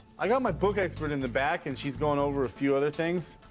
i got my book expert in the back, and she's going over a few other things.